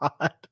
God